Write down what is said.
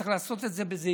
צריך לעשות את זה בזהירות,